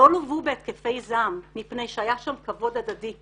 לא לוו בהתקפי זעם מפני שהיה שם כבוד הדדי.